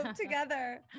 together